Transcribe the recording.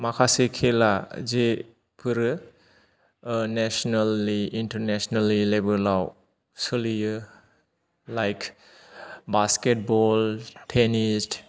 माखासे खेला जे फोरो नेसनेलि इनटारनेसनेलि लेभेलाव सोलियो लाइक बासकेटबल टेनिस